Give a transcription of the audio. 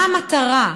מה המטרה?